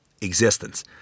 existence